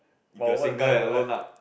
if you are single and alone lah